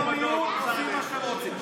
אתם עושים מה שאתם רוצים.